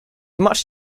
much